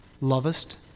lovest